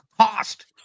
cost